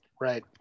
right